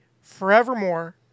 forevermore